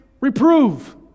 reprove